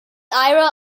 ira